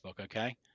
Okay